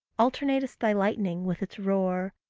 alternatest thy lightning with its roar,